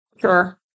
Sure